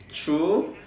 true